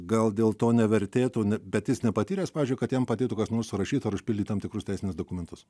gal dėl to nevertėtų bet jis nepatyręs pavyzdžiui kad jam padėtų kas nors surašyto užpildyti tam tikrus teisinius dokumentus